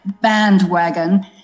bandwagon